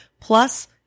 Plus